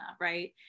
right